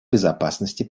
безопасности